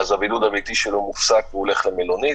הבידוד הביתי שלו מופסק והוא הולך למלונית.